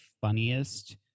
funniest